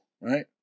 right